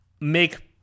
make